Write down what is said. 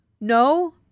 No